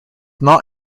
not